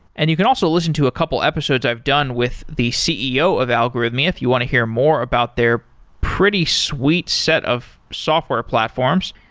and you can also listen to a couple of episodes i've done with the ceo of algorithmia. if you want to hear more about their pretty sweet set of software platforms,